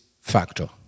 factor